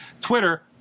Twitter